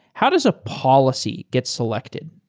how does a policy get selected?